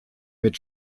mit